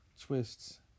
twists